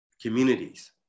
communities